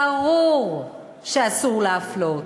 ברור שאסור להפלות,